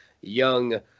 young